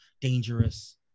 dangerous